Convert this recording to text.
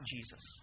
Jesus